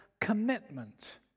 commitment